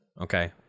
okay